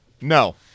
No